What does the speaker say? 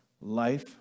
life